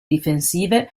difensive